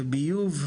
ביוב,